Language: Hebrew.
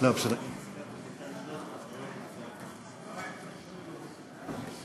פעולות איבה הוא